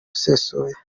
usesuye